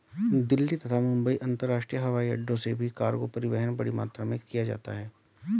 दिल्ली तथा मुंबई अंतरराष्ट्रीय हवाईअड्डो से भी कार्गो परिवहन बड़ी मात्रा में किया जाता है